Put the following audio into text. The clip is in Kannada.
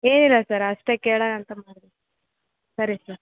ಏನಿಲ್ಲ ಸರ್ ಅಷ್ಟೆ ಕೇಳೋಣ ಅಂತ ಮಾಡಿದೆ ಸರಿ ಸರ್